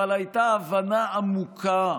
אבל הייתה הבנה עמוקה